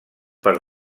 per